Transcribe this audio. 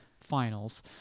finals